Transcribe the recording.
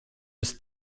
his